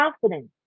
confidence